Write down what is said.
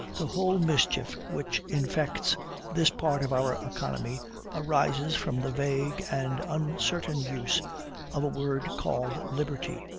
the whole mischief which infects this part of our economy arises from the vague and uncertain use of a word called liberty,